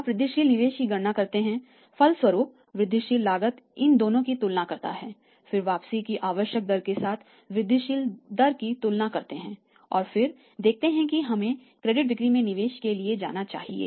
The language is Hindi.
आप वृद्धिशील निवेश की गणना करते हैंफलस्वरूप वृद्धिशील लागत इन दोनों की तुलना करता हैं फिर वापसी की आवश्यक दर के साथ वृद्धिशील दर की तुलना करते हैं और फिर देखते हैं कि हमें क्रेडिट बिक्री में निवेश के लिए जाना चाहिए